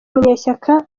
munyeshyaka